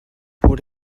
pour